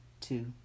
two